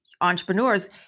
entrepreneurs